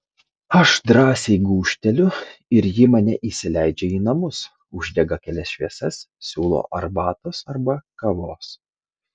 aš drąsiai gūžteliu ir ji mane įsileidžia į namus uždega kelias šviesas siūlo arbatos arba kavos